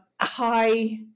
high